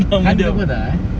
hang apa dah eh